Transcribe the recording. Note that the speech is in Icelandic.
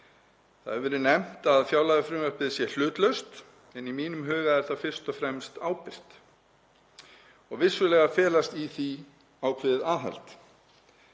Það hefur verið nefnt að fjárlagafrumvarpið sé hlutlaust en í mínum huga er það fyrst og fremst ábyrgt og vissulega felst í því ákveðið aðhald.